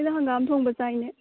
ꯑꯩꯁꯨ ꯍꯪꯒꯥꯝ ꯊꯣꯡꯕ ꯆꯥꯏꯅꯦ